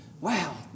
Wow